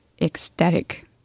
ecstatic